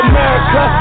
America